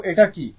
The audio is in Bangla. তো এটা কি